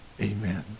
Amen